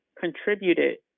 contributed